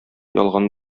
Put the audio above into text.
ялган